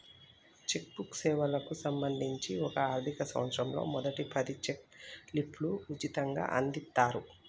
check book సేవలకు సంబంధించి ఒక ఆర్థిక సంవత్సరంలో మొదటి పది చెక్ లీఫ్లు ఉచితంగ అందిత్తరు